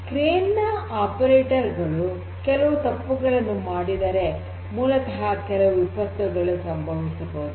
crane ನ operator ಗಳು ಕೆಲವು ತಪ್ಪುಗಳನ್ನು ಮಾಡಿದರೆ ಮೂಲತಃ ಕೆಲವು ವಿಪತ್ತುಗಳು ಸಂಭವಿಸಬಹುದು